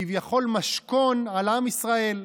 כביכול, משכון על עם ישראל.